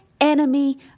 enemy